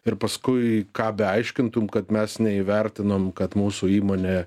ir paskui ką beaiškintum kad mes neįvertinom kad mūsų įmonė